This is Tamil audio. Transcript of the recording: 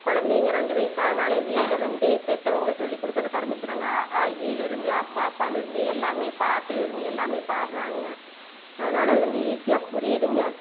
குழந்தைங்க ரெண்டு வயது ஆனால் வீட்டில் வந்து பெற்றவங்க சொல்லிக்கொடுக்கிறக்கு ஆரம்பிச்சிடுறாங்க அ ஆ இ ஈலிருந்து அம்மா அப்பாவில் இருந்து எல்லாமே பாட்டில் இருந்து எல்லாமே பாடுறாங்க அதனால அது வந்து ஈஸியாக புரியுதுங்க